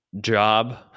job